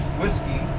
whiskey